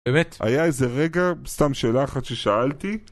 באמת? היה איזה רגע, סתם שאלה אחת ששאלתי,